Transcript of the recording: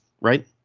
Right